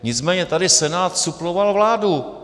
Nicméně tady Senát suploval vládu.